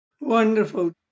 Wonderful